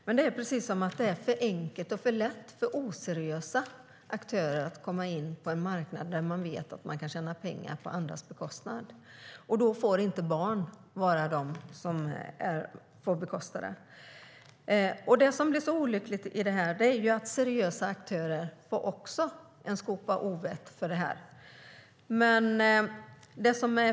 Men det är precis som att det är för enkelt och lätt för oseriösa aktörer att komma in på en marknad där man vet att man kan tjäna pengar på andras bekostnad. Det får inte vara barn som bekostar det. Det som är olyckligt här är att seriösa aktörer också får en skopa ovett.